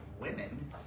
women